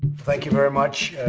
thank you very much.